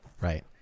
Right